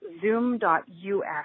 zoom.us